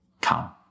Come